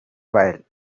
while